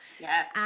Yes